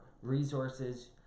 resources